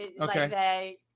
okay